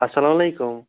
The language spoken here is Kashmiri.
اَلسلامُ علیکُم